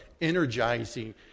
energizing